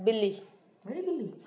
बि॒ली